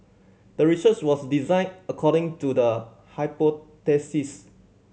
the research was designed according to the hypothesis